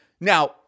Now